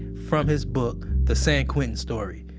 from his book the san quentin story.